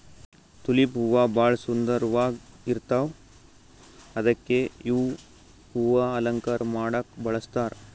tulip ಹೂವಾ ಭಾಳ್ ಸುಂದರ್ವಾಗ್ ಇರ್ತವ್ ಅದಕ್ಕೆ ಇವ್ ಹೂವಾ ಅಲಂಕಾರ್ ಮಾಡಕ್ಕ್ ಬಳಸ್ತಾರ್